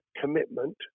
commitment